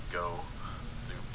go